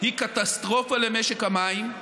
היא קטסטרופה למשק המים,